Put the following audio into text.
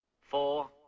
Four